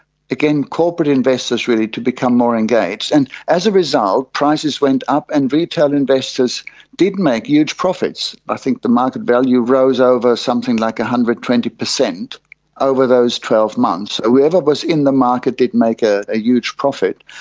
again, corporate investors really to become more engaged. and as a result, prices went up and retail investors did make huge profits. i think the market value rose over something like one ah hundred and twenty percent over those twelve months, and whoever was in the market did make a ah huge profit.